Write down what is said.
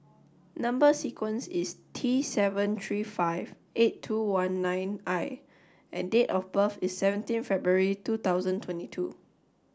number sequence is T seven three five eight two one nine I and date of birth is seventeen February two thousand twenty two